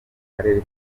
karere